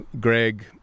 Greg